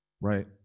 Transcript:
Right